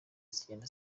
zigenda